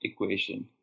equation